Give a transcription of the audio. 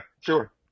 sure